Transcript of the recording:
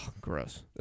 gross